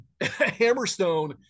Hammerstone